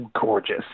gorgeous